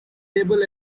able